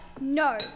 No